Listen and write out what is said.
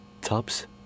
tubs